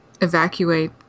evacuate